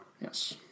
Yes